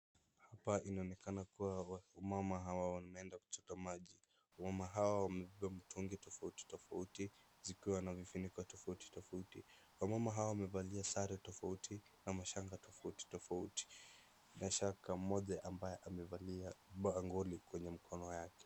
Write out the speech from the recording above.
Hapa inaonekana kuwa wamama hawa wanaenda kuchota maji, wamama hawa wamebeba mitungi tofauti tofauti zikiwa na vifuniko tofauti tofauti, wamama hawa wamevalia sare tofauti na mashanga tofauti tofauti, bila shaka na mmoja amevalia bangoli kwa mkono wake .